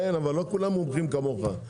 כן, אבל לא כולם מומחים כמוך.